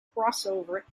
crossover